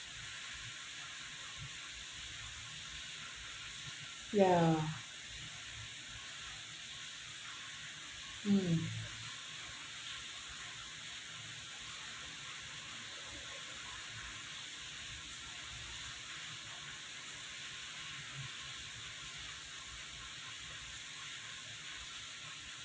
ya mm